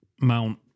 Mount